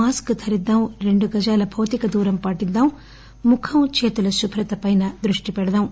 mask ధరిద్దాం రెండు గజాల భౌతిక దూరం పాటిద్లాం ముఖం చేతుల శుభ్రతపై దృష్టి పెడదాం